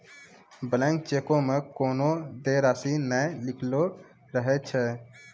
blank चेको मे कोनो देय राशि नै लिखलो रहै छै